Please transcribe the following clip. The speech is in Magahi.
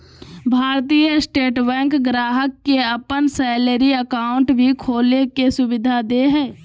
भारतीय स्टेट बैंक ग्राहक के अपन सैलरी अकाउंट भी खोले के सुविधा दे हइ